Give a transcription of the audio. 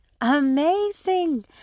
amazing